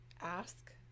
ask